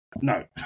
No